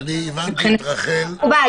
חבר'ה,